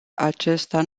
acesta